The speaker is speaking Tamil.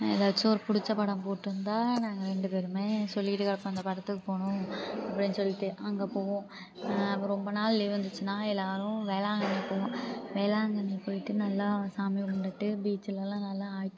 எதாச்சும் ஒரு பிடிச்ச படம் போட்டிருந்தா நாங்கள் ரெண்டு பேரும் சொல்லிக்கிட்டு கிடப்போம் இந்த படத்துக்கு போகணும் அப்படின்னு சொல்லிட்டு அங்கே போவோம் அப்புறம் ரொம்ப நாள் லீவ் இருந்துச்சுன்னா எல்லோரும் வேளாங்கண்ணி போவோம் வேளாங்கண்ணி போயிட்டு அங்கே நல்லா சாமி கும்பிட்டுட்டு பீச்சிலலா நல்லா ஆ